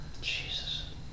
Jesus